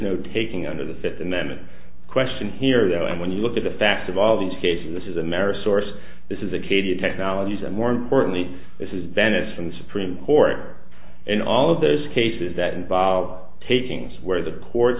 no taking under the fifth amendment question here though and when you look at the facts of all these cases this is amerisource this is acadia technologies and more importantly this is venice from the supreme court in all of those cases that involve taking where the courts